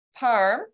parm